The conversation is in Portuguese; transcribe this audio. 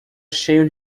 cheio